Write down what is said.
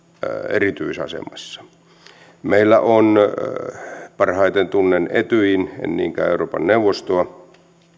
erityisasemassa parhaiten tunnen etyjin en niinkään euroopan neuvostoa